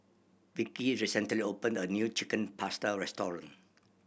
Vickie recently opened a new Chicken Pasta restaurant